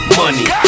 money